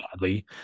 badly